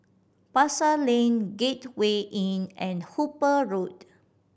Pasar Lane Gateway Inn and Hooper Road